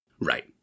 Right